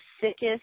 sickest